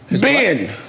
Ben